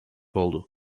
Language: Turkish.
oldu